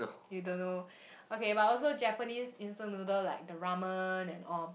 you don't know okay but also Japanese instant noodle like the ramen and all